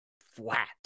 flat